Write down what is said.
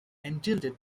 entitled